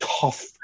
tough